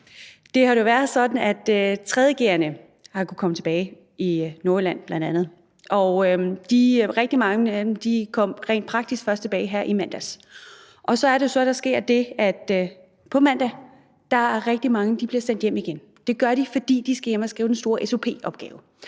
det har jo været sådan, at 3. g'erne har kunnet komme tilbage bl.a. i Nordjylland, og rigtig mange af dem kom rent praktisk først tilbage her i mandags. Og så sker der jo det, at rigtig mange bliver sendt hjem igen på mandag, og det gør de, fordi de skal hjem og skrive den store srp-opgave,